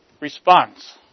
response